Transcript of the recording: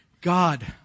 God